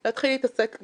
אם אתם מרוצים מצוין,